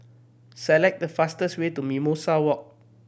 select the fastest way to Mimosa Walk